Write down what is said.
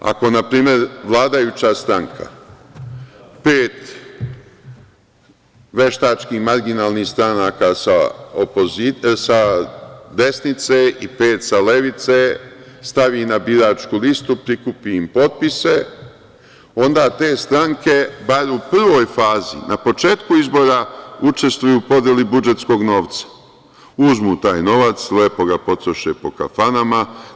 Ako npr. vladajuća stranka pet veštačkih, marginalnih stranaka sa desnice i pet sa levice stavi na biračku listu, prikupi im potpise, onda te stranke bar u prvoj fazi, na početku izbora, učestvuju u podeli budžetskog novca, uzmu taj novac, lepo ga potroše po kafanama.